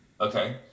Okay